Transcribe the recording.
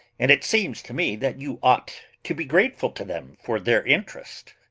and it seems to me that you ought to be grateful to them for their interest.